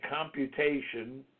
computation